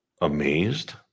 Amazed